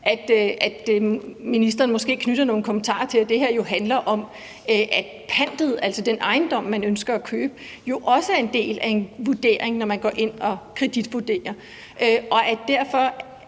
at ministeren måske knytter nogle kommentarer til, at det her jo handler om, at pantet, altså den ejendom, man ønsker at købe, også er en del af en vurdering, når man går ind og kreditvurderer, og at hele